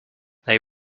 they